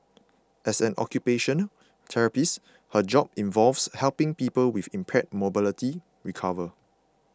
as an occupational therapist her job involves helping people with impaired mobility recover